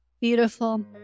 Beautiful